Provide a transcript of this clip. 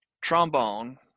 trombone